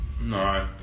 no